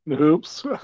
Oops